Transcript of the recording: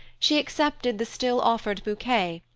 she accepted the still offered bouquet,